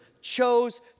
chose